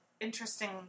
interesting